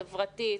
חברתית,